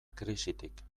krisitik